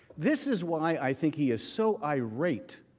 this is why i think he is so irate,